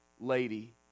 lady